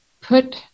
put